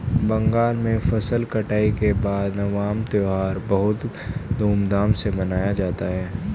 बंगाल में फसल कटाई के बाद नवान्न त्यौहार बहुत धूमधाम से मनाया जाता है